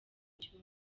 byumba